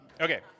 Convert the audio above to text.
Okay